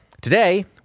Today